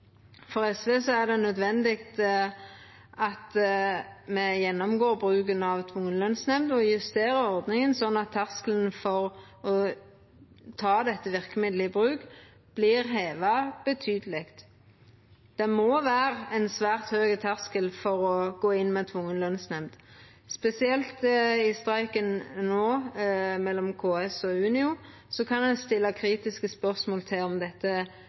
For SV er det nødvendig at me gjennomgår bruken av tvungen lønsnemnd og justerer ordninga slik at terskelen for å ta dette verkemiddelet i bruk, vert heva betydeleg. Det må vera ein svært høg terskel for å gå inn med tvungen lønsnemnd. Spesielt i streiken no, mellom KS og Unio, kan ein stilla kritiske spørsmål ved om dette